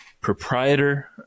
proprietor